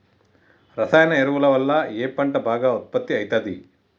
రసాయన ఎరువుల వల్ల ఏ పంట బాగా ఉత్పత్తి అయితది?